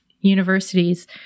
universities